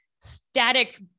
static